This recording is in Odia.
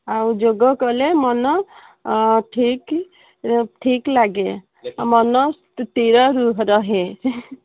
ଆଉ ଯୋଗ କଲେ ମନ ଠିକ୍ ଠିକ୍ ଲାଗେ ମନ ସ୍ଥିର ରହେ ରହେ